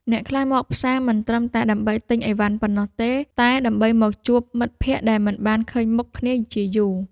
អ្នកខ្លះមកផ្សារមិនត្រឹមតែដើម្បីទិញឥវ៉ាន់ប៉ុណ្ណោះទេតែដើម្បីមកជួបមិត្តភក្តិដែលមិនបានឃើញមុខគ្នាជាយូរ។